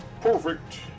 Perfect